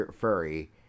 furry